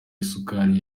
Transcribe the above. isukari